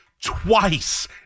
twice